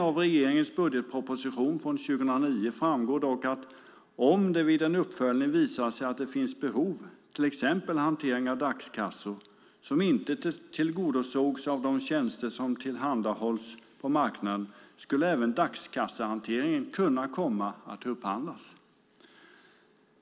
Av regeringens budgetproposition för 2009 framgår dock att om det vid en uppföljning visade sig finnas behov, till exempel av hantering av dagskassor, som inte tillgodosågs av de tjänster som tillhandahålls på marknaden skulle även dagskassehanteringen kunna komma att upphandlas.